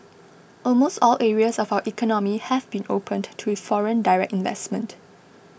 almost all areas of our economy have been opened to foreign direct investment